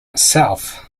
itself